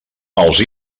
els